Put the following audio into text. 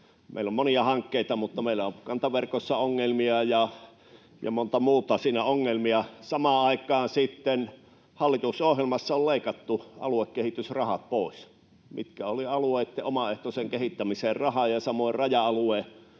Meillä on monia hankkeita, mutta meillä on kantaverkossa ongelmia. Samaan aikaan hallitusohjelmassa on leikattu aluekehitysrahat pois, mitkä olivat rahaa alueitten omaehtoiseen kehittämiseen, ja samoin raja-alueelta